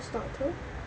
choose not to